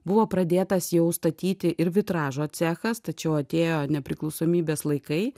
buvo pradėtas jau statyti ir vitražo cechas tačiau atėjo nepriklausomybės laikai